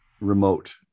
remote